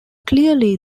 clearly